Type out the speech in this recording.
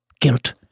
guilt